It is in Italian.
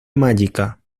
magica